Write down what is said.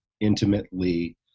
intimately